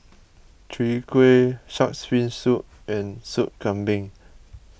Chwee Kueh Shark's Fin Soup and Soup Kambing